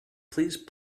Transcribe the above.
please